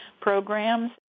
programs